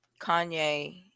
Kanye